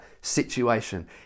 situation